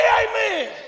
amen